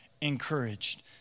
encouraged